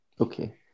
Okay